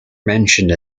mentioned